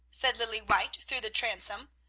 said lilly white through the transom.